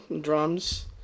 drums